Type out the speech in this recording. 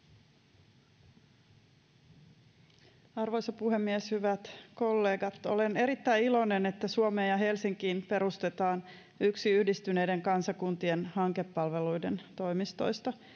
arvoisa puhemies hyvät kollegat olen erittäin iloinen että suomeen ja helsinkiin perustetaan yksi yhdistyneiden kansakuntien hankepalveluiden toimistoista